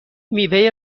میوه